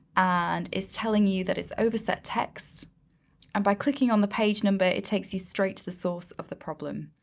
and it's telling you that it's overset text. and by clicking on the page number it takes you straight to the source of the problem,